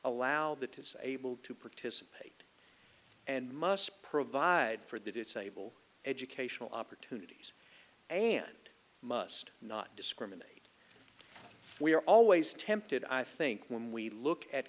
say able to participate and must provide for the disable educational opportunities and must not discriminate we are always tempted i think when we look at